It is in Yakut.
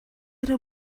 эрэ